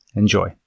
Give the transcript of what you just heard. enjoy